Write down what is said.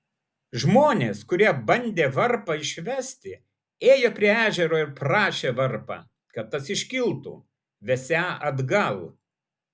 žmonės kurie bandė varpą išvesti ėjo prie ežero ir prašė varpą kad tas iškiltų vesią atgal